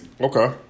Okay